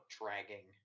dragging